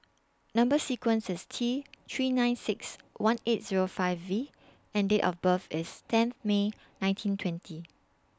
Number sequence IS T three nine six one eight Zero five V and Date of birth IS tenth May nineteen twenty